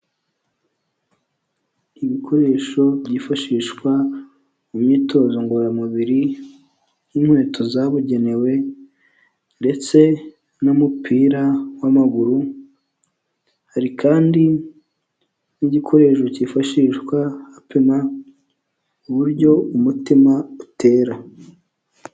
Ibikoresho byifashishwa mu myitozo ngororamubiri nk'inkweto zabugenewe ndetse n'umupira w'amaguru hari kandi n'igikoresho cyifashishwa hapima uburyo umutima utera.